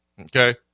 Okay